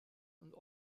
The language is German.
und